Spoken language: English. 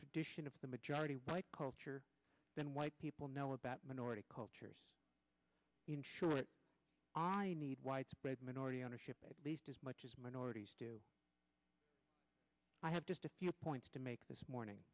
tradition of the majority white culture than white people know about minority cultures ensure that on a need widespread minority ownership at least as much as minorities do i have just a few points to make this morning